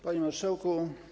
Panie Marszałku!